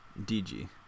dg